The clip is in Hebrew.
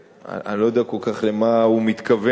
אני לא יודע כל כך למה הוא מתכוון.